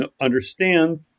understand